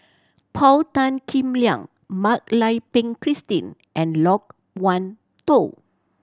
Paul Tan Kim Liang Mak Lai Peng Christine and Loke Wan Tho